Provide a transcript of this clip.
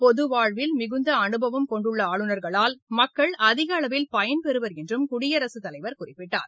பொது வாழ்வில் மிகுந்த அனுபவம் கொண்டுள்ள ஆளுநர்களால் மக்கள் அதிகளவில் பயன்பெறுவர் என்றும் குடியரசுத் தலைவர் குறிப்பிட்டார்